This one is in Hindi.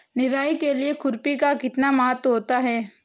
निराई के लिए खुरपी का कितना महत्व होता है?